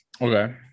okay